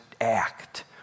act